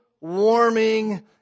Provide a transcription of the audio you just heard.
warming